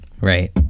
right